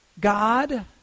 God